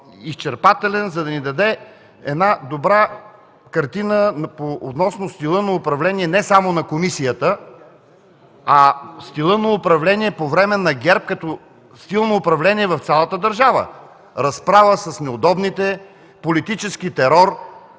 изчерпателен, за да даде добра картина относно стила на управление не само на комисията, а стила на управление по време на ГЕРБ като стил на управление в цялата държава – разправа с неудобните, политически терор,